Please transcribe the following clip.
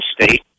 State